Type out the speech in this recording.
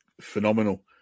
phenomenal